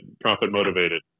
profit-motivated